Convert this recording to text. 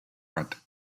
front